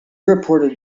reported